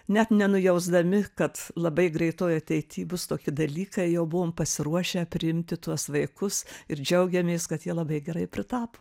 net nenujausdami kad labai greitoj ateity bus tokie dalykai jau buvom pasiruošę priimti tuos vaikus ir džiaugiamės kad jie labai gerai pritapo